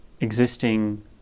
existing